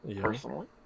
personally